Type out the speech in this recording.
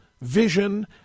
vision